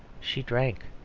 she drank.